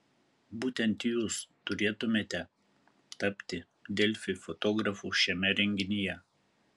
būtent jūs turėtumėte tapti delfi fotografu šiame renginyje